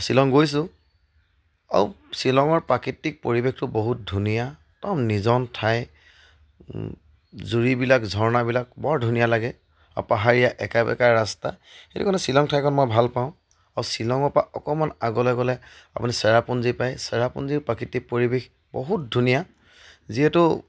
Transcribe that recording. শ্বিলং গৈছোঁ আৰু শ্বিলঙৰ প্ৰাকৃতিক পৰিৱেশটো বহুত ধুনীয়া একদম নিজান ঠাই জুৰিবিলাক ঝৰ্ণাবিলাক বৰ ধুনীয়া লাগে আৰু পাহাৰীয়া একাবেকা ৰাস্তা সেইটো কাৰণে শ্বিলং ঠাইখন মই ভাল পাওঁ আৰু শ্বিলঙৰ পৰা অকণমান আগলৈ গ'লে আপুনি চেৰাপুঞ্জী পায় চেৰাপুঞ্জীৰ প্ৰাকৃতিক পৰিৱেশ বহুত ধুনীয়া যিহেতু